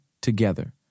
together